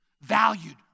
valued